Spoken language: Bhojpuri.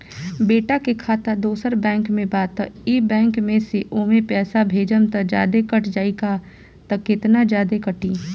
बेटा के खाता दोसर बैंक में बा त ए बैंक से ओमे पैसा भेजम त जादे कट जायी का त केतना जादे कटी?